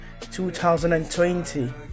2020